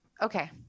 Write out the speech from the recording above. okay